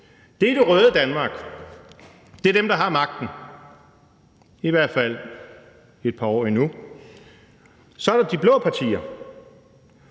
Det er det røde Danmark. Det er dem, der har magten – i hvert fald et par år endnu. Så er der de blå partier,